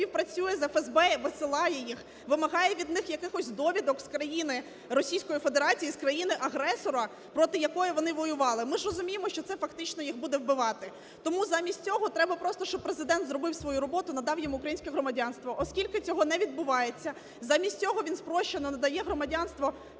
співпрацює з ФСБ і висилає їх, вимагає від них якихось довідок з країни Російської Федерації, з країни-агресора, проти якої вони воювали. Ми ж розуміємо, що це фактично їх буде вбивати. Тому замість цього треба просто, щоб Президент зробив свою роботу - надав їм українське громадянство. Оскільки цього не відбувається, замість цього він спрощено надає громадянство